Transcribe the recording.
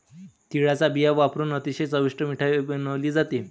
तिळाचा बिया वापरुन अतिशय चविष्ट मिठाई बनवली जाते